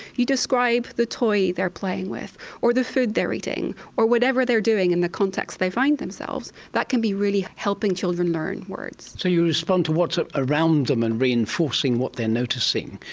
you describe the toy they are playing with or the food they are eating or whatever they are doing in the context they find themselves, that can be really helping children learn words. so you respond to what's around them and reinforcing what they are noticing.